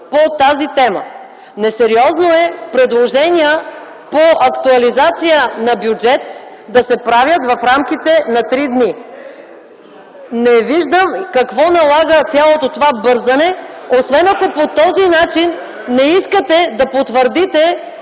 по тази тема. Несериозно е предложения по актуализация на бюджет да се правят в рамките на 3 дни! Не виждам какво налага цялото това бързане, освен ако по този начин не искате да потвърдите